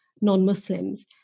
non-Muslims